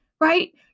right